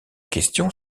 question